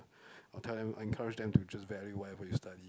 I'll tell them I'll encourage them to just value whatever you study